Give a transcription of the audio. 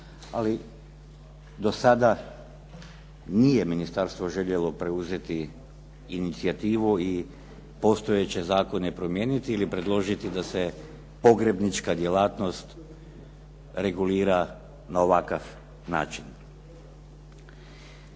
Ali, do sada nije ministarstvo željelo preuzeti inicijativu i postojeće zakone promijeniti ili predložiti da se pogrebnička djelatnost regulira na ovakav način.